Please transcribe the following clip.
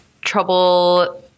trouble